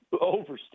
overstep